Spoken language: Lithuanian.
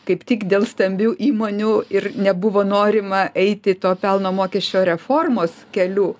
kaip tik dėl stambių įmonių ir nebuvo norima eiti to pelno mokesčio reformos keliu